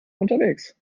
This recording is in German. unterwegs